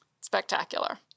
spectacular